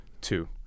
Two